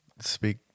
speak